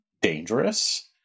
dangerous